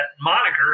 moniker